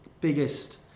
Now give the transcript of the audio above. biggest